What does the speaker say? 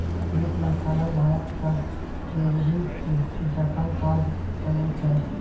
बित्त मंत्रालय भारतक ट्रेजरी जकाँ काज करै छै